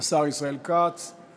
השר ישראל כץ.